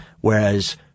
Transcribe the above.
whereas